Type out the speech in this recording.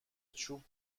چوب